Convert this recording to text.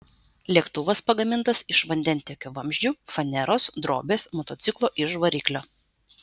lėktuvas pagamintas iš vandentiekio vamzdžių faneros drobės motociklo iž variklio